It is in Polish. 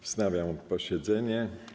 Wznawiam posiedzenie.